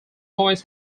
coins